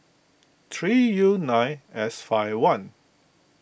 three U nine S five one